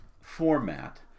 format